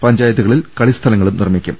പഞ്ചായത്തുകളിൽ കളിസ്ഥലങ്ങളും നിർമ്മി ക്കും